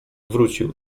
wrócił